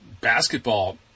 basketball